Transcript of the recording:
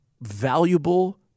valuable